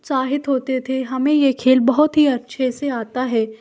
उत्साहित होते थे हमें ये खेल बहुत ही अच्छे से आता है